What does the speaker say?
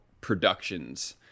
productions